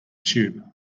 tube